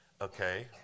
okay